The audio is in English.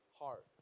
heart